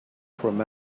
from